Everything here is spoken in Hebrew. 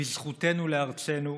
בזכותנו לארצנו